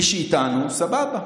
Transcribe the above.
מי שאיתנו, סבבה,